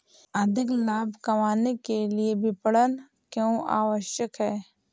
अधिक लाभ कमाने के लिए विपणन क्यो आवश्यक है?